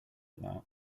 that